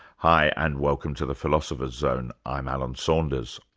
hi, and welcome to the philosopher's zone, i'm alan saunders.